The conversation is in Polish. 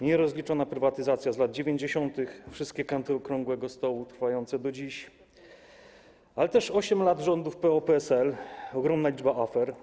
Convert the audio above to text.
Nierozliczona prywatyzacja z lat 90., wszystkie kanty okrągłego stołu trwające do dziś, ale też 8 lat rządów PO-PSL, ogromna liczba afer.